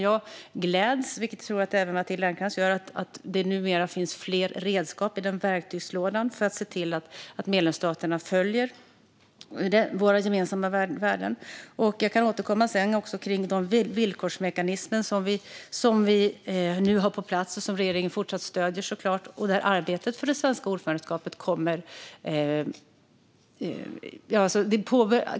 Jag gläds över - vilket jag tror att även Matilda Ernkrans gör - att det numera finns flera redskap i verktygslådan för att se till att medlemsstaterna följer våra gemensamma värden. Jag kan sedan återkomma om de villkorsmekanismer som vi nu har på plats och som regeringen såklart fortsatt stöder.